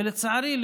ולצערי,